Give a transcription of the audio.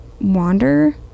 wander